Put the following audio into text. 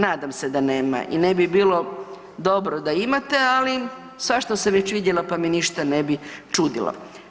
Nadam se da nema i ne bi bilo dobro da imate, ali svašta sam već vidjela pa me ništa ne bi čudilo.